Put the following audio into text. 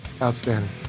outstanding